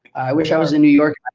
i wish i was in new york